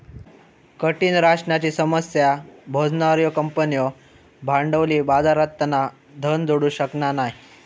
कठीण राशनाची समस्या भोगणार्यो कंपन्यो भांडवली बाजारातना धन जोडू शकना नाय